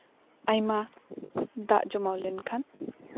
ᱟᱭᱢᱟ ᱫᱟᱜ ᱡᱚᱢᱟᱣ ᱞᱮᱱᱠᱷᱟᱱ